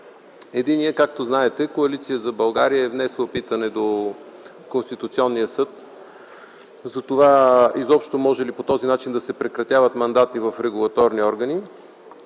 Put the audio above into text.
Единият – както знаете, Коалиция за България е внесла питане до Конституционния съд за това изобщо може ли по този начин да се прекратяват мандати в регулаторни органи